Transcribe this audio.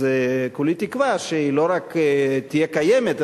אז כולי תקווה שהיא לא רק תהיה קיימת,